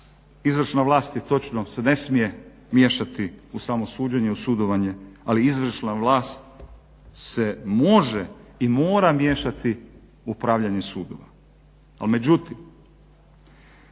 Izvršna vlast je točno se ne smije miješati u samo suđenje, u sudovanje ali izvršna vlast se može i mora miješati u upravljanje sudova.